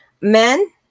men